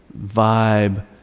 vibe